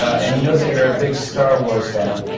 and he knows that you're a big star wars fan.